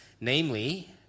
namely